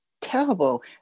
terrible